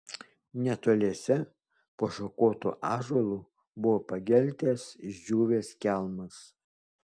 netoliese po šakotu ąžuolu buvo pageltęs išdžiūvęs kelmas